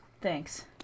Thanks